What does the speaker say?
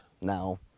now